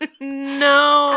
no